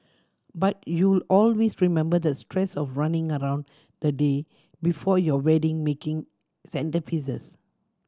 but you'll always remember the stress of running around the day before your wedding making centrepieces